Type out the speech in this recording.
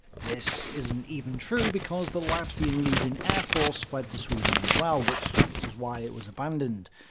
this isn't even true because the latvian legion air force fled to sweden as well, which was why it was abandoned.